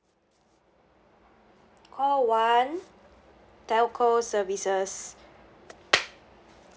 call one telco services